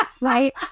Right